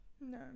No